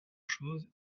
chose